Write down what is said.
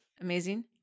amazing